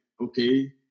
okay